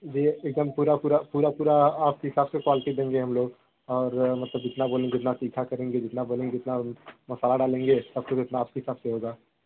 देखिए एक दम पूरा पूरा पूरा पूरा आपके कॉल के हिसाब से करेंगे हम लोग और मतलब जितना बोलेंगी उतना तीखा करेंगे जितना बोलेंगी उतना मसाला डालेंगे सब कुछ आपके हिसाब से होगा